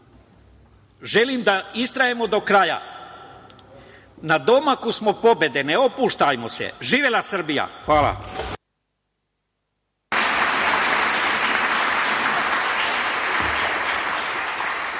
želim da istrajemo do kraja. Na domaku smo pobede, ne opuštajmo se. Živela Srbija. Hvala.